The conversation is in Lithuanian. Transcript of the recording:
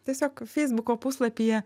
tiesiog feisbuko puslapyje